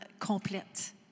complète